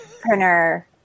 printer